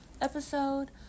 episode